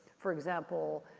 for example,